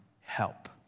help